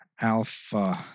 Alpha